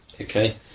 Okay